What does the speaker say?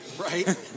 Right